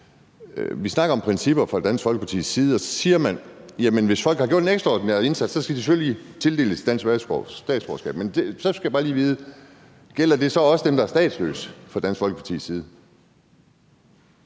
Vi snakker om principper i Dansk Folkeparti, og så siger man: Hvis folk har gjort en ekstraordinær indsats, skal de selvfølgelig tildeles dansk statsborgerskab. Men så skal jeg bare lige vide, om det så også gælder dem, der er statsløse, ifølge Dansk Folkeparti.